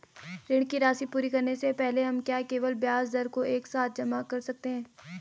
ऋण की राशि पूरी करने से पहले हम क्या केवल ब्याज दर को एक साथ जमा कर सकते हैं?